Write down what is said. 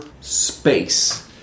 space